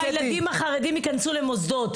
דבי הוא לא רוצה שהילדים החרדים ייכנסו למוסדות,